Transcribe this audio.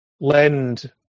lend